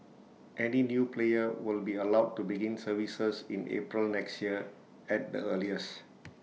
any new player will be allowed to begin services in April next year at the earliest